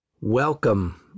Welcome